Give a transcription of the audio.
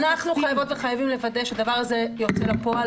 אנחנו חייבות וחייבים לוודא שהדבר הזה יוצא לפועל,